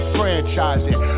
franchising